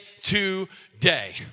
today